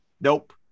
Nope